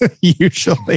usually